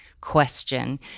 question